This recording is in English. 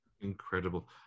Incredible